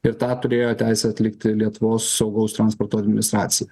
ir tą turėjo teisę atlikti lietuvos saugaus transporto administracija